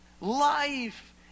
life